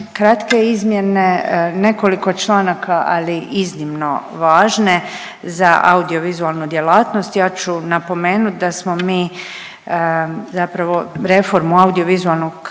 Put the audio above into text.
Kratke izmjene, nekoliko članaka, ali iznimno važne za audiovizualnu djelatnost. Ja ću napomenut da smo mi zapravo reformu audiovizualnog